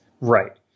Right